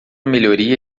melhoria